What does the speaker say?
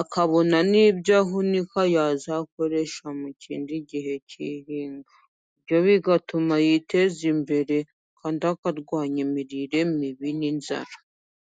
,akabona n'ibyo ahunika yazakoresha mu kindi gihe cy'ihinga, ibyo bigatuma yiteza imbere kandi akarwanya imirire mibi n'inzara.